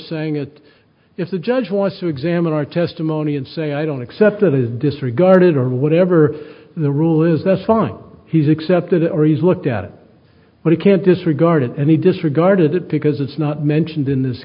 saying it if the judge wants to examine our testimony and say i don't accept that is disregarded or whatever the rule is that's fine he's accepted it or he's looked at it but he can't disregard it and he disregarded it because it's not mentioned in this